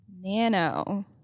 Nano